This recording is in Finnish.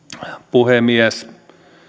puhemies